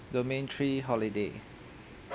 domain three holiday